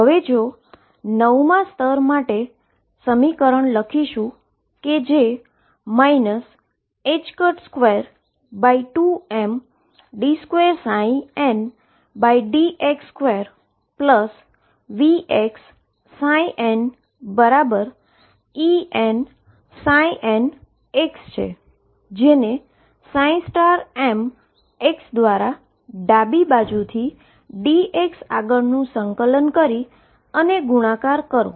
હવે જો નવમા સ્તર માટેનું સમીકરણ લખીશું જે 22md2ndx2VxnEnn છે જેને m દ્વારા ડાબી બાજુ થી dx આગળ સંકલન કરી અને ગુણાકાર કરો